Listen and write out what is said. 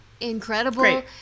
incredible